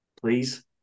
Please